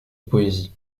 poésie